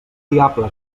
diable